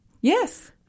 Yes